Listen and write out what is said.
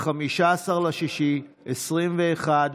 15 ביוני 2021,